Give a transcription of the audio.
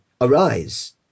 arise